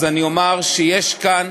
אז אני אומר שיש כאן